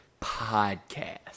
podcast